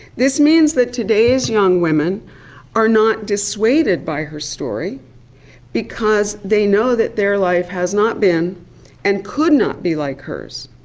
this means that today's young women are not dissuaded by her story because they know that their life has not been and could not be like hers.